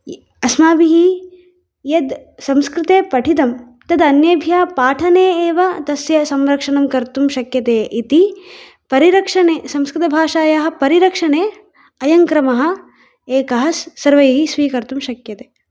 अस्माभिः यत् संस्कृते पठितं तत् अन्येभ्यः पाठने एव तस्य संरक्षणं कर्तुं शक्यते इति परिरक्षणे संस्कृतभाषायाः परिरक्षणे अयं क्रमः एकः सर्वैः स्वीकर्तुं शक्यते